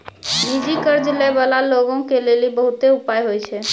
निजी कर्ज लै बाला लोगो के लेली बहुते उपाय होय छै